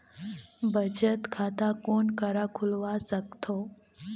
बचत खाता कोन करा खुलवा सकथौं?